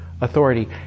authority